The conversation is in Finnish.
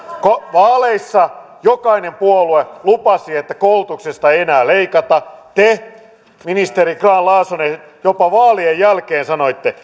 vaaleissa jokainen puolue lupasi että koulutuksesta ei enää leikata te ministeri grahn laasonen jopa vaalien jälkeen sanoitte